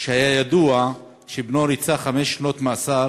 שהיה ידוע שבנו ריצה חמש שנות מאסר